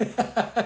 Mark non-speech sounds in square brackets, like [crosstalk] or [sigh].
[laughs]